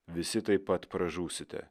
visi taip pat pražūsite